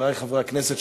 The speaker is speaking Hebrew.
חברי חברי הכנסת,